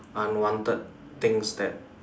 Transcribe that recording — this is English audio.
unwanted things that